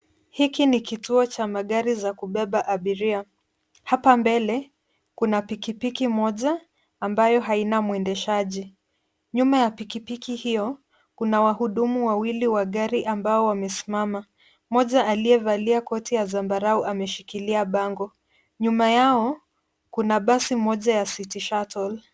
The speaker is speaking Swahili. Hiki ni kituo cha magari za kubeba abiria. Hapa mbele kuna pikipiki mmoja ambayo haina mwendeshaji. Nyuma ya pikipiki hiyo kuna wahudumu wawili wa gari ambao wamesimama mmoja aliyevalia koti ya zambarau ameshikilia bango. Nyuma yao kuna basi mmoja ya City Shuttle .